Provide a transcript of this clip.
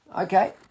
Okay